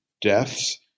deaths